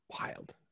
Wild